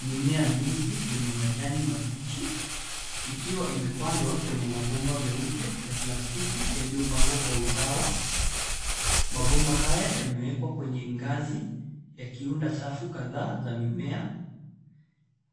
Mimea mingi yenye majani mabichi, ikiwa imepandwa kyenye mabomba meupe ya plastiki yaliyopangwa kwa usawa. Mabomba haya yamewekwa kwenye ngazi, yakiunda safu kadhaa za mimea.